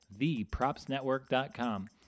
thepropsnetwork.com